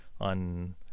on